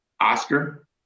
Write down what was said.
Oscar